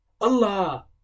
Allah